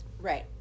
Right